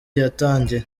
yatangiye